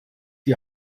die